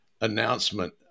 announcement